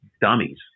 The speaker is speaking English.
dummies